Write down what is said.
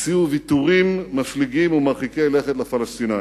הציעו ויתורים מפליגים ומרחיקי לכת לפלסטינים.